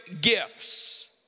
gifts